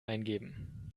eingeben